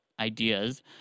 Ideas